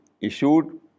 issued